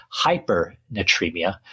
hypernatremia